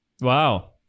Wow